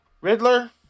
Riddler